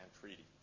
Treaty